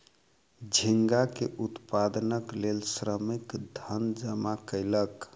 झींगा के उत्पादनक लेल श्रमिक धन जमा कयलक